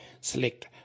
select